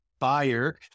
buyer